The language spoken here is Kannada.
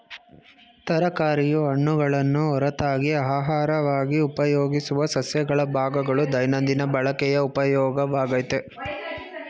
ತರಕಾರಿಯು ಹಣ್ಣುಗಳನ್ನು ಹೊರತಾಗಿ ಅಹಾರವಾಗಿ ಉಪಯೋಗಿಸುವ ಸಸ್ಯಗಳ ಭಾಗಗಳು ದೈನಂದಿನ ಬಳಕೆಯ ಉಪಯೋಗವಾಗಯ್ತೆ